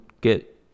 get